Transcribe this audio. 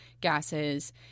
gases